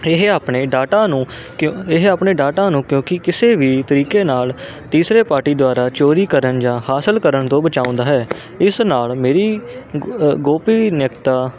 ਇਹ ਆਪਣੇ ਡਾਟਾ ਨੂੰ ਕਿ ਇਹ ਆਪਣੇ ਡਾਟਾ ਨੂੰ ਕਿਉਂਕਿ ਕਿਸੇ ਵੀ ਤਰੀਕੇ ਨਾਲ ਤੀਸਰੇ ਪਾਰਟੀ ਦੁਆਰਾ ਚੋਰੀ ਕਰਨ ਜਾਂ ਹਾਸਿਲ ਕਰਨ ਤੋਂ ਬਚਾਉਂਦਾ ਹੈ ਇਸ ਨਾਲ ਮੇਰੀ ਗੋਪੀਨਿਕਤਾ